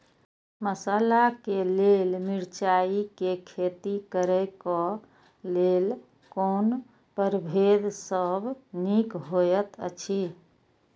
मसाला के लेल मिरचाई के खेती करे क लेल कोन परभेद सब निक होयत अछि?